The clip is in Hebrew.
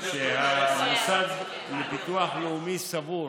המוסד לביטוח לאומי סבור